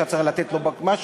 אתה צריך לתת לו משהו,